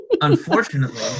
unfortunately